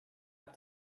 out